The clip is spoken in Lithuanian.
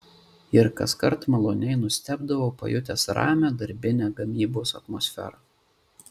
ir kaskart maloniai nustebdavau pajutęs ramią darbinę gamybos atmosferą